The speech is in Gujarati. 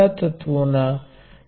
તેથી Vx એ V1 V2 V3 છે